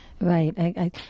Right